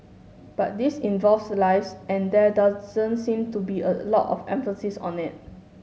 but this involves lives and there doesn't seem to be a lot of emphasis on it